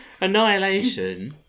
Annihilation